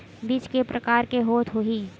बीज के प्रकार के होत होही?